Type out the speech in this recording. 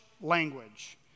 language